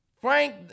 Frank